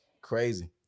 Crazy